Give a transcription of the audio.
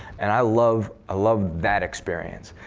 and i love ah love that experience.